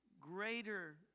greater